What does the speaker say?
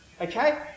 Okay